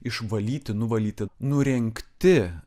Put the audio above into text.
išvalyti nuvalyti nurengti